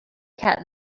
cat